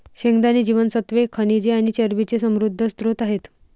शेंगदाणे जीवनसत्त्वे, खनिजे आणि चरबीचे समृद्ध स्त्रोत आहेत